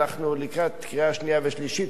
לקראת קריאה שנייה ושלישית,